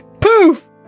Poof